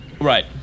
Right